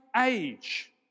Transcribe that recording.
age